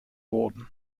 wurden